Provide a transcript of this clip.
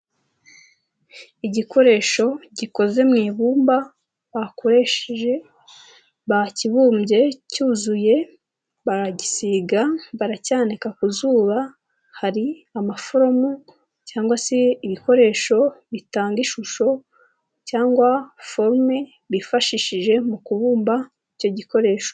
Igikoresho gikoze mu ibumba, bakoresheje bakibumbye cyuzuye, baragisiga, baracyanyanika ku zuba, hari amaforomo cyangwa se ibikoresho bitanga ishusho, cyangwa forume bifashishije, mu kubumba icyo gikoresho.